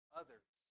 others